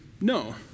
no